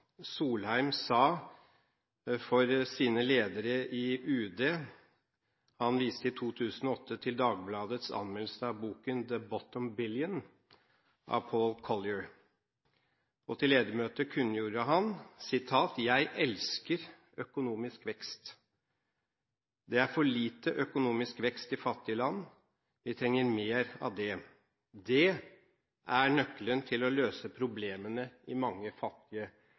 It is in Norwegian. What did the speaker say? Solheim sa til sine ledere i UD. Han viste i 2008 til Dagbladets anmeldelse av boken The Bottom Billion av Paul Collier. Til ledermøtet kunngjorde han: «Jeg elsker økonomisk vekst! Det er for lite økonomisk vekst i fattige land. Vi trenger mer av det. Det er nøkkelen til å løse problemene i mange fattige